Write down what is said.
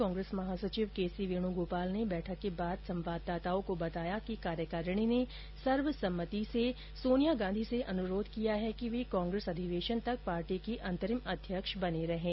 कांग्रेस महासचिव K C Venugopal ने बैठक के बाद संवाददाताओं को बताया कि कार्यकारिणी ने सर्वसम्मति से श्रीमती सोनिया गांधी से अनुरोध किया कि वे कांग्रेस अधिवेशन तक पार्टी की अंतरिम अध्यक्ष बनी रहें